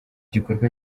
gikorwa